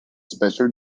special